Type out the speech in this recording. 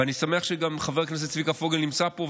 ואני שמח שגם חבר הכנסת צביקה פוגל נמצא פה,